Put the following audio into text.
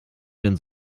denn